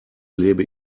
lebe